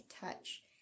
touch